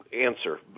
answer